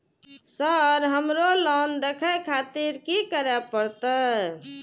Sir हमरो loan देखें खातिर की करें परतें?